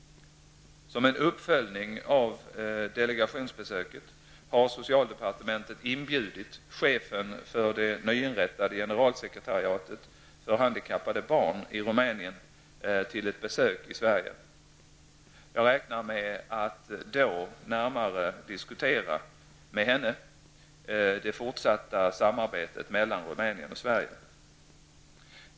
Som en uppföljning av delegationsbesöket har socialdepartementet inbjudit chefen för det nyinrättade generalsekretariatet för handikappade barn i Rumänien till ett besök i Sverige. Jag räknar med att då närmare diskutera med henne det fortsatta samarbetet mellan Rumänien och Sverige.